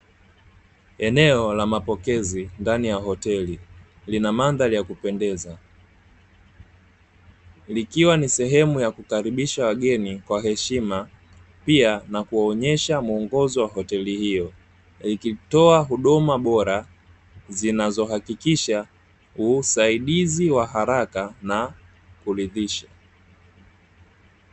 Eneo la mapokezi ndani ya hoteli, lina mandhari ya kupendeza. Likiwa ni sehemu ya kukaribisha wageni kwa heshima, pia na kuwaonyesha mwongozo wa hoteli hiyo, likitoa huduma bora zinazohakikisha usaidizi wa haraka na kuridhisha.